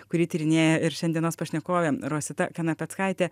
kurį tyrinėja ir šiandienos pašnekovė rosita kanapeckaitė